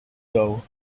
though